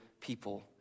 people